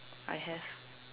I have